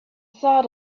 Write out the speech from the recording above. thought